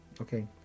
Okay